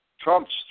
Trump's